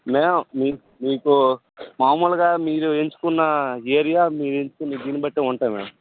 ma'am మీ మీకు మాములుగా మీరు ఎంచుకున్న ఏరియా మీరు ఎంచుకున్న దీన్ని బట్టే ఉంటాయి మ్యామ్